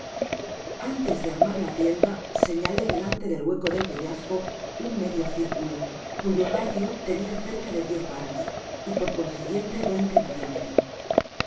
antes de armar la tienda señalé delante del hueco del peñasco un medio círculo cuyo radio tenia cerca de diez varas y por consiguiente veinte de diámetro